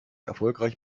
erfolgreich